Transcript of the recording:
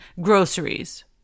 groceries